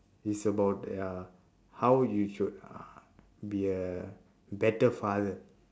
is about ya how you should uh be a better father